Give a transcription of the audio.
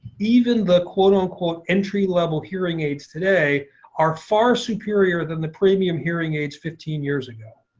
even the quote, unquote entry level hearing aids today are far superior than the premium hearing aids fifteen years ago.